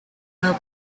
俱乐部